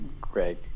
Greg